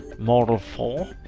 model four,